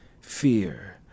fear